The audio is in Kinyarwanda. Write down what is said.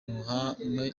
ruhame